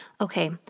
Okay